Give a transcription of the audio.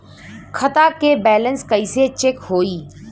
खता के बैलेंस कइसे चेक होई?